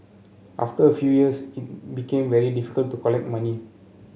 after a few years it became very difficult to collect money